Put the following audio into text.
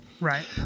Right